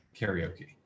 karaoke